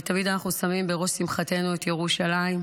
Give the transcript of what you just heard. ותמיד אנחנו שמים בראש שמחתנו את ירושלים.